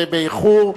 ובאיחור,